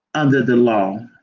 under the law,